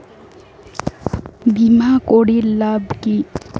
বিমা করির লাভ কি?